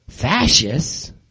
Fascists